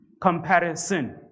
comparison